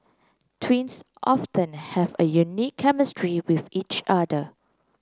twins often have a unique chemistry with each other